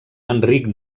enric